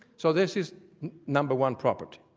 so this is number one property.